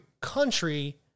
country